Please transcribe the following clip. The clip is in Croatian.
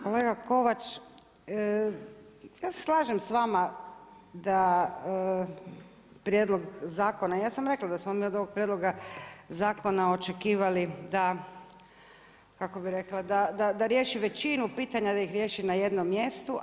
Kolega Kovač, ja se slažem sa vama da prijedlog zakona, ja sam rekla da smo mi od ovog prijedloga zakona očekivali da, kako bih rekla, da riješi većinu pitanja, da ih riješi na jednom mjestu.